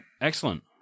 Excellent